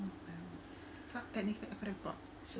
sub technically I got a